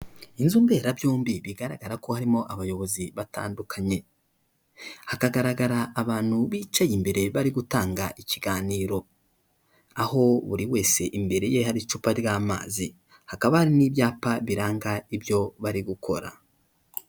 Inzu mberabyombi bigaragara ko harimo abayobozi batandukanye, hakagaragara abantu bicaye imbere bari gutanga ikiganiro, aho buri wese imbere ye hari icupa ry'amazi, hakaba hari n'ibyapa biranga ibyo bari gukora.